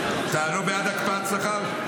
אתה לא בעד הקפאת שכר?